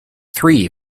three